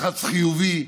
לחץ חיובי,